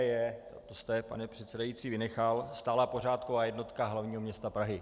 To jste, pane předsedající, vynechal stálá pořádková jednotka hlavního města Prahy.